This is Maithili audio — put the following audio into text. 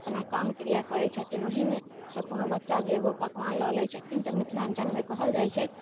अपना काम क्रिया करैत छथिन ओहिमे से कोनो बच्चा जे एगो पकवान लऽ लै छथिन तऽ मिथिलाञ्चलमे कहल जाइत छै